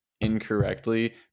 incorrectly